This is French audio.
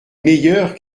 meilleur